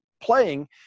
playing